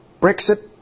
Brexit